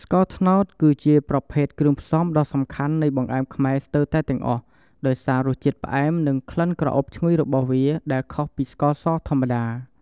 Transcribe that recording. ស្ករត្នោត គឺជាប្រភេទគ្រឿងផ្សំដ៏សំខាន់នៃបង្អែមខ្មែរស្ទើរតែទាំងអស់ ដោយសាររសជាតិផ្អែម និងក្លិនក្រអូបឈ្ងុយរបស់វា ដែលខុសពីស្ករសធម្មតា។